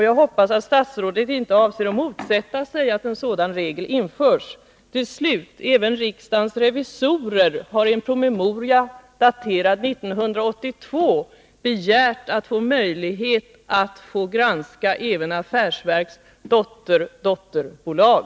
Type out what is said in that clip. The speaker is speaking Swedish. Jag hoppas att statsrådet inte avser att motsätta sig att en sådan regel införs. Slutligen vill jag säga att även riksdagens revisorer, i en promemoria daterad 1982, begärt att få möjlighet att få granska också affärsverkens dotterdotterbolag.